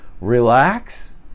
relax